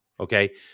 Okay